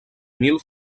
mil